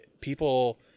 People